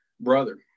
brother